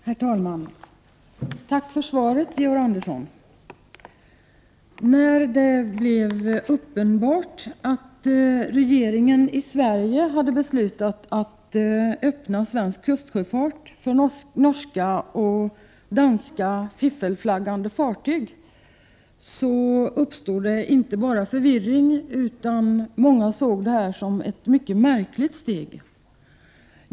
Herr talman! Tack för svaret, Georg Andersson. När det blev uppenbart att regeringen i Sverige hade beslutat att öppna svensk kustsjöfart för norska och danska fiffelflaggande fartyg uppstod inte bara förvirring. Många såg 19 också detta som ett mycket märkligt steg.